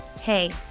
Hey